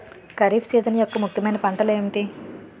Kharif season యెక్క ముఖ్యమైన పంటలు ఏమిటీ?